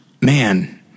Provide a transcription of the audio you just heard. man